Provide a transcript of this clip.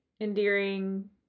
endearing